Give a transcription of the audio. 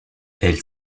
elle